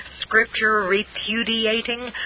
scripture-repudiating